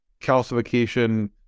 calcification